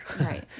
Right